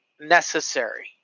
necessary